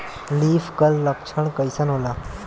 Leaf curl लक्षण कइसन होला?